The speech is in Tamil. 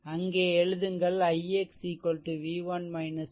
அதேபோல் நோட்2 ல் i4 ix i2 எல்லாம் விளக்கியுள்ளேன் அது நீல வண்ணத்தில் உள்ளது